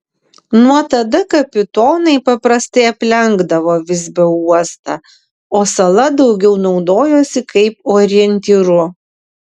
nuo tada kapitonai paprastai aplenkdavo visbio uostą o sala daugiau naudojosi kaip orientyru